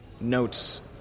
notes